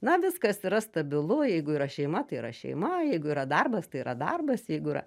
na viskas yra stabilu jeigu yra šeima tai yra šeima jeigu yra darbas tai yra darbas jeigu yra